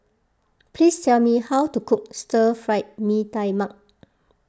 please tell me how to cook Stir Fried Mee Tai Mak